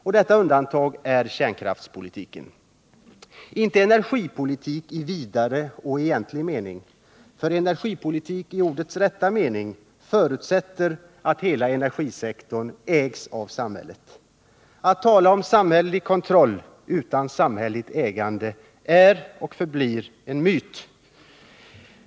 Och detta undantag är kärnkraftspolitiken, inte energipolitik i vidare och egentlig mening. För en energipolitik i ordets rätta bemärkelse förutsätter att hela energisektorn ägs av samhället. Allt tal om samhällelig kontroll utan samhälleligt ägande är och förbliren myt.